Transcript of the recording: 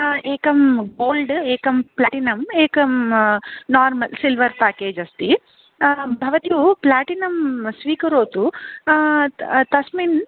एकं गोल्ड् एकं प्लेटिनम् एकं नार्मल् सिल्वर् पेकेज् अस्ति भवती तु प्लेटिनम् स्वीकरोतु तस्मिन्